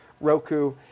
Roku